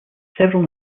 several